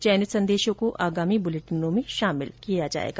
चयनित संदेशों को आगामी बुलेटिनों में शामिल किया जाएगा